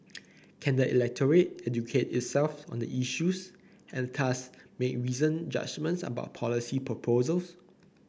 can the electorate educate itself on the issues and thus make reasoned judgements about policy proposals